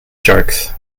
sharks